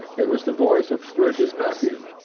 it was the voice of scrooge's nephew,